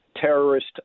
terrorist